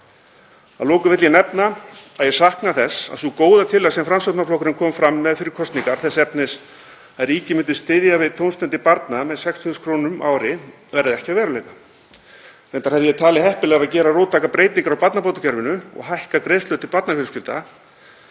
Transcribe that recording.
Að lokum vil ég nefna að ég sakna þess að sú góða tillaga sem Framsóknarflokkurinn kom fram með fyrir kosningar, þess efnis að ríkið myndi styðja við tómstundir barna með 6.000 kr. á ári, verði að veruleika. Reyndar hefði ég talið heppilegra að gera róttækar breytingar á barnabótakerfinu og hækka greiðslur til barnafjölskyldna